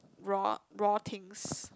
raw raw things